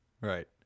Right